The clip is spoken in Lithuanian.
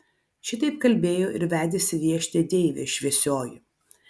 šitaip kalbėjo ir vedėsi viešnią deivė šviesioji